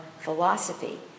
philosophy